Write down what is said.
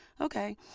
okay